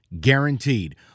guaranteed